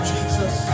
Jesus